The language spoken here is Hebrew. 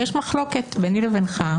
כי יש מחלוקת ביני לבינך,